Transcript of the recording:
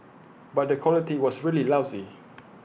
but the quality was really lousy